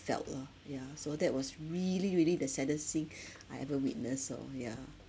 felt lah yeah so that was really really the saddest scene I ever witnessed so yeah